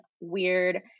weird